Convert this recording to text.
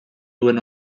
duen